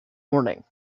morning